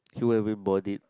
kill everybody